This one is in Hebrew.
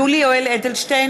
יולי יואל אדלשטיין,